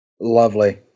Lovely